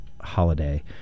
holiday